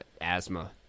asthma